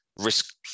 risk